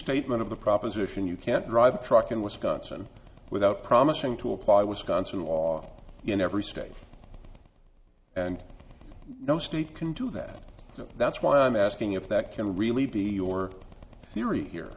restatement of the proposition you can't drive a truck in wisconsin without promising to apply wisconsin law in every state and no state can do that that's why i'm asking if that can really be your theory here